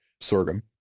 sorghum